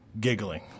giggling